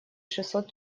шестьсот